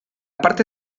parte